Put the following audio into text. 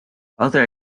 other